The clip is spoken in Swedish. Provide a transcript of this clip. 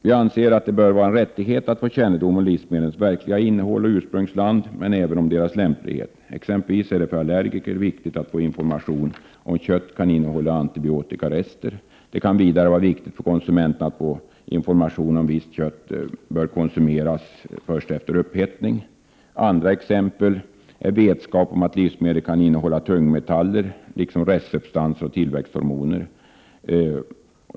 Vi anser att det bör vara en rättighet att få kännedom om livsmedlens verkliga innehåll och ursprungsland, och även om deras lämplighet. Exempelvis är det för allergiker viktigt att få information om kött kan innehålla antibiotikarester. Det kan vidare vara viktigt för konsumenterna att få information om huruvida visst kött bör konsumeras först efter upphettning. Inte heller är det oväsentligt för konsumenterna att få kännedom om huruvida livsmedel innehåller tungmetaller, liksom restsubstanser av tillväxthormoner.